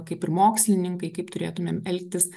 kaip ir mokslininkai kaip turėtumėm elgtis